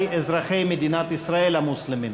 ודאי אזרחי מדינת ישראל המוסלמים.